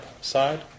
side